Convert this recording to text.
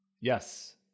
Yes